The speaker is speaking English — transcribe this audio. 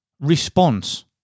Response